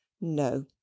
No